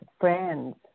friends